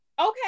Okay